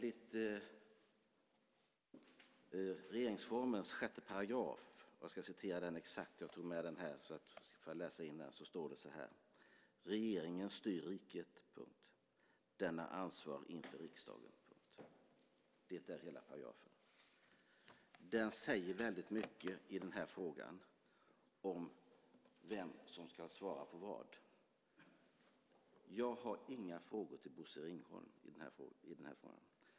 I regeringsformen 1 kap. 6 § står: "Regeringen styr riket. Den är ansvarig inför riksdagen." Det är hela paragrafen. Den säger väldigt mycket i den här frågan om vem som ska svara på vad. Jag har inga frågor till Bosse Ringholm i den här frågan.